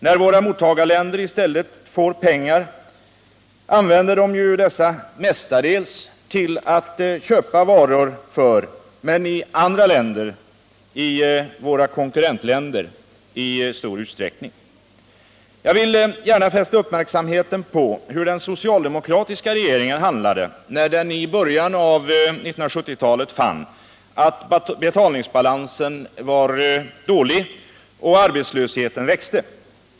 När våra mottagarländer i stället får pengar, använder de ju dessa mestadels till att köpa varor — men i andra länder, i våra konkurrentländer i stor utsträckning. Jag vill gärna fästa uppmärksamheten på hur den socialdemokratiska regeringen handlade när den i början av 1970-talet fann att betalningsbalansen var dålig och att arbetslösheten växte.